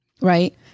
Right